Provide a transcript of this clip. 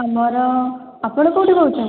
ଆମର ଆପଣ କେଉଁଠୁ କହୁଛନ୍ତି